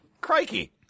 Crikey